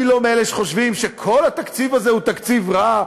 אני לא מאלה שחושבים שכל התקציב הזה הוא תקציב רע.